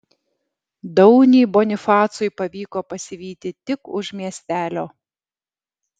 daunį bonifacui pavyko pasivyti tik už miestelio